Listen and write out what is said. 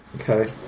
Okay